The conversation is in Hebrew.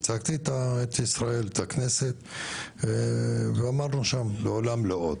ייצגתי את ישראל, את הכנסת ואמרנו מעולם לא עוד.